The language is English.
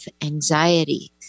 anxiety